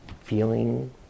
feeling